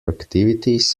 activities